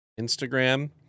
Instagram